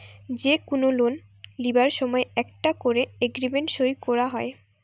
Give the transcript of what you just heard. যে কুনো লোন লিবার সময় একটা কোরে এগ্রিমেন্ট সই কোরা হয়